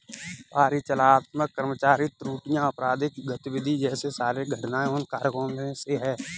परिचालनात्मक कर्मचारी त्रुटियां, आपराधिक गतिविधि जैसे शारीरिक घटनाएं उन कारकों में से है